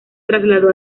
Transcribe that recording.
trasladó